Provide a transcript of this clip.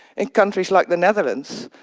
in countries like the netherlands,